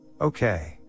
Okay